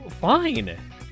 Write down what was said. fine